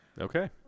Okay